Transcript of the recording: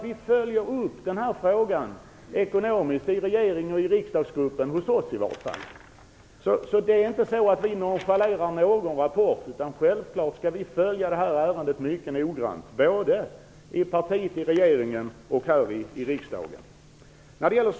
Vi följer den ekonomiska utvecklingen när det gäller denna fråga i regeringen och i vår riksdagsgrupp. Vi nonchalerar inte någon rapport. Självfallet skall vi följa detta ärende mycket noggrant både i partiet i regeringen och i partiet här i riksdagen.